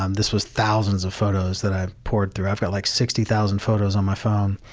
um this was thousands of photos that i've poured through, i've got like sixty thousand photos on my phone.